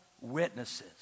witnesses